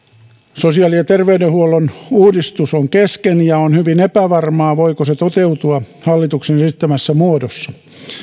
sosiaali ja terveydenhuollon uudistus on kesken ja on hyvin epävarmaa voiko se toteutua hallituksen esittämässä muodossa